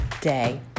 day